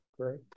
great